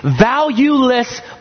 valueless